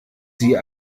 sie